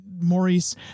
Maurice